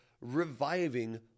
reviving